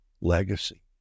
legacy